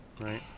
right